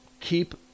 keep